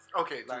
Okay